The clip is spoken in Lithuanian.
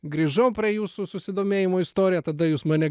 grįžau prie jūsų susidomėjimo istorija tada jūs mane